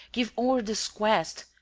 give o'er this quest.